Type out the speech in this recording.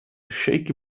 shaky